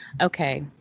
Okay